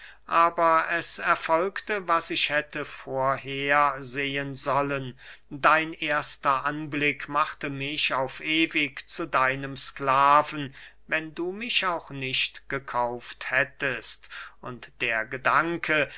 aber es erfolgte was ich hätte vorher sehen sollen dein erster anblick machte mich auf ewig zu deinem sklaven wenn du mich auch nicht gekauft hättest und der gedanke